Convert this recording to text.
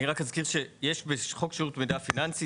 אני רק אזכיר שיש בחוק שירות מידע פיננסי,